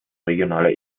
regionaler